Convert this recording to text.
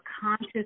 conscious